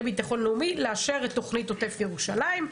ביטחון לאומי לאשר את תוכנית עוטף ירושלים.